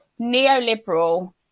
neoliberal